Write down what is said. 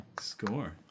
score